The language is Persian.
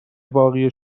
واقعی